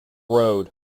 road